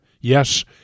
Yes